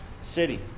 city